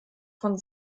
von